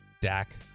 Dak